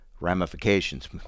ramifications